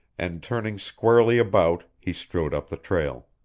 and turning squarely about he strode up the trail.